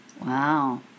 wow